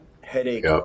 headache